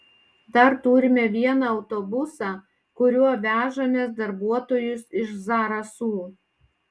dar turime vieną autobusą kuriuo vežamės darbuotojus iš zarasų